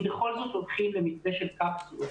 אם בכל זאת הולכים למתווה של קפסולות,